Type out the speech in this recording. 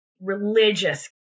religious